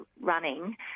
running